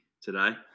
today